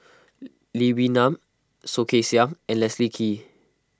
Lee Wee Nam Soh Kay Siang and Leslie Kee